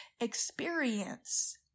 experience